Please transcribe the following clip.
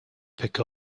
pick